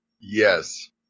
Yes